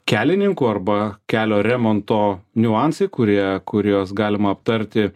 kelininkų arba kelio remonto niuansai kurie kuriuos galima aptarti